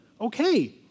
Okay